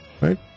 Right